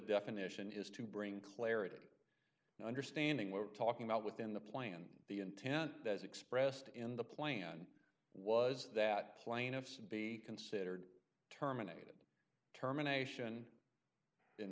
definition is to bring clarity understanding we're talking about within the plan the intent as expressed in the plan was that plaintiffs be considered terminated terminations in